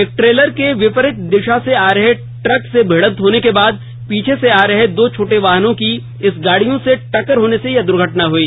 एक ट्रेलर के विपरीत दिशा से आ रहे ट्रक से भिड़ंत होने के बाद पीछे से आ रहे दो छोटे वाहनों की इस गाड़ियों से टक्कर होने से यह दुर्घटना हुई